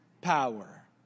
power